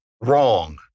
wrong